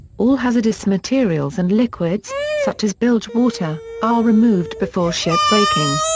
all hazardous materials and liquids, such as bilge water, are removed before ship breaking.